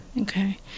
okay